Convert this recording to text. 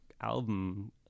album